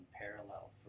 parallel